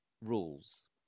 rules